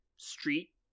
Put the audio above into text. street